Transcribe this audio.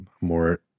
more